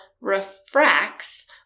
refracts